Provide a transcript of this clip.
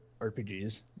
RPGs